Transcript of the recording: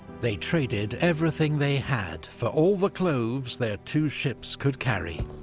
they traded everything they had for all the cloves their two ships could carry.